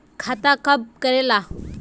खाता कब करेला?